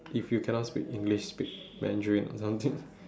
if you cannot speak english speak mandarin or something